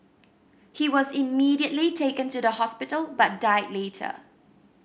he was immediately taken to the hospital but died later